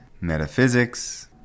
metaphysics